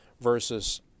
versus